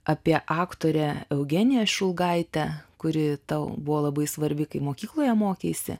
apie aktorę eugeniją šulgaitę kuri tau buvo labai svarbi kai mokykloje mokeisi